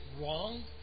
wrong